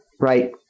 right